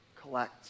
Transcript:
collect